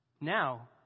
Now